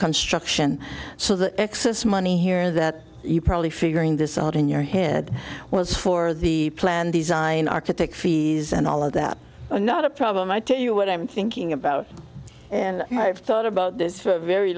construction so the excess money here that you probably figuring this out in your head was for the plan design architect fees and all of that not a problem i tell you what i'm thinking about and i've thought about this for a very